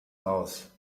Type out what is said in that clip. aus